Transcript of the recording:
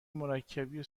مرکبی